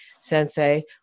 sensei